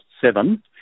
seven